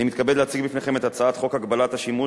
אני מתכבד להציג בפניכם את הצעת חוק הגבלת השימוש